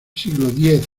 siglo